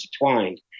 intertwined